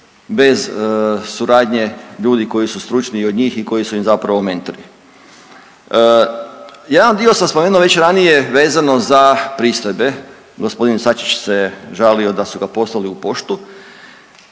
bez suradnje ljudi koji su stručniji od njih i koji su im zapravo mentori. Jedan dio sam spomenuo već ranije vezano za pristojbe, g. Sačić se žalio da su ga poslali u poštu.